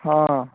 ହଁ